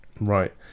Right